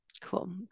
cool